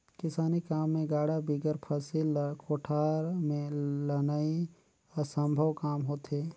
किसानी काम मे गाड़ा बिगर फसिल ल कोठार मे लनई असम्भो काम होथे